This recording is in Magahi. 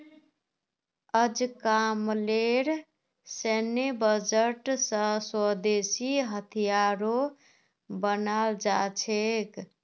अजकामलेर सैन्य बजट स स्वदेशी हथियारो बनाल जा छेक